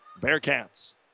Bearcats